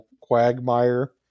quagmire